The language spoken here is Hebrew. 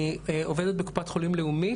אני עובדת בקופת חולים לאומית.